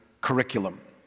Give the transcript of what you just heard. curriculum